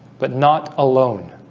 but not alone